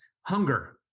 hunger